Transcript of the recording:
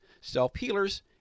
self-healers